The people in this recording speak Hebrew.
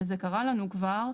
וזה קרה לנו כבר,